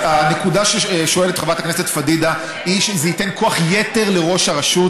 הנקודה ששואלת חברת הכנסת פדידה היא שזה ייתן כוח יתר לראש הרשות.